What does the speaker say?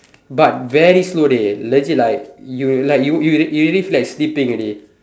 but very slow leh legit like you like you you you really like sleeping already